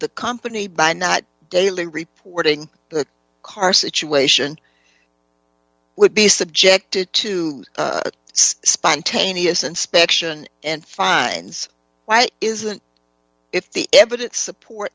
the company by not daily reporting the car situation would be subjected to spontaneous inspection and fines why isn't if the evidence support